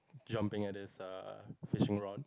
jumping at his err fishing rod